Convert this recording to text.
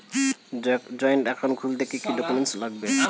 Joint account খুলতে কি কি ডকুমেন্টস লাগবে?